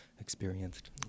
experienced